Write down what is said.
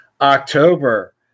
October